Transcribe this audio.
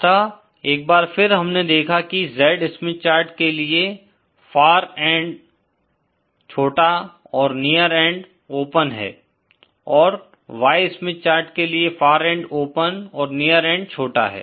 अतः एक बार फिर हमने देखा कि Z स्मिथ चार्ट के लिए फार एन्ड छोटा और नियर एन्ड ओपन है और Y स्मिथ चार्ट के लिए फार एन्ड ओपन और नियर एन्ड छोटा है